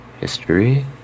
History